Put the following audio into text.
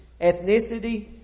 Ethnicity